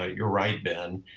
ah you're right ben,